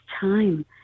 time